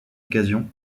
occasion